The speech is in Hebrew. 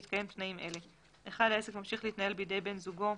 בהתקיים תנאים אלה: העסק ממשיך להתנהל בידי בן זוגו,